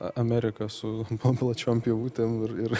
amerika su tom plačiom galvutėm ir ir